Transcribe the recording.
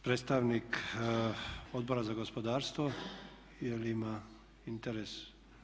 Predstavnik Odbora za gospodarstvo jer ima interes?